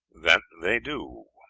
that they do,